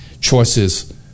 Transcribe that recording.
choices